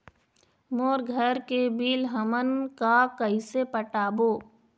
मोर घर के बिल हमन का कइसे पटाबो?